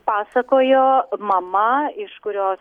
pasakojo mama iš kurios